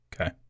Okay